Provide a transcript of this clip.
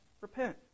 Repent